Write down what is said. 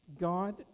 God